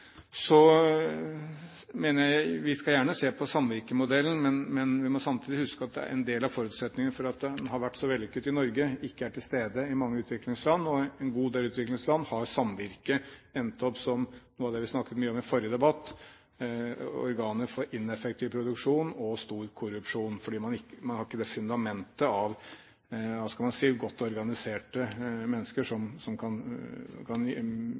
Vi skal gjerne se på samvirkemodellen, men vi må samtidig huske at en del av forutsetningene for at den har vært så vellykket i Norge, ikke er til stede i mange utviklingsland. I en god del utviklingsland har samvirke endt opp som noe av det vi snakket mye om i forrige debatt, organer for ineffektiv produksjon, og med stor korrupsjon, fordi man ikke har det fundamentet av godt organiserte mennesker som kan